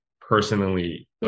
personally